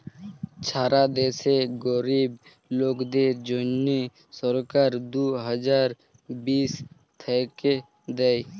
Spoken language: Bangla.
ছারা দ্যাশে গরীব লোকদের জ্যনহে সরকার দু হাজার বিশ থ্যাইকে দেই